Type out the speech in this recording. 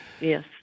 yes